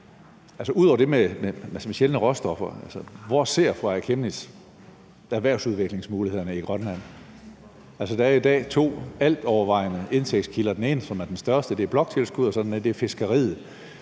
ud over det med sjældne råstoffer, hvor ser fru Aaja Chemnitz så erhvervsudviklingsmulighederne i Grønland? Der er i dag to altovervejende indtægtskilder: Den ene, som er den største, er bloktilskuddet,